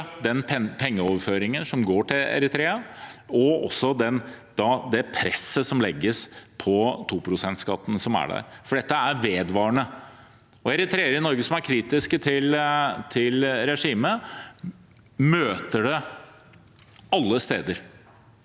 pengeoverføringer til Eritrea og det presset som legges på 2 pst.-skatten som er der. Dette er vedvarende. Eritreere i Norge som er kritiske til regimet, møter det alle steder